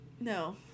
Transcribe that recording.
No